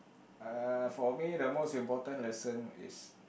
ah for me the most important lesson is